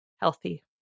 healthy